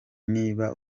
niba